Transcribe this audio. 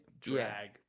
drag